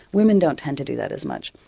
women don't tend to do that as much.